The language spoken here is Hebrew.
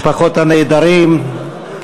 משפחות הנעדרים,